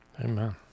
Amen